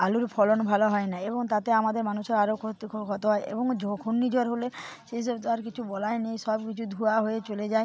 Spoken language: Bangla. আলুর ফলন ভালো হয় না এবং তাতে আমাদের মানুষের আরও ক্ষতি ক্ষত হয় এবং যখনই ঘূর্ণিঝড় হলে সেই সব তো আর কিছু বলাই নেই সব কিছু ধুয়া হয়ে চলে যায়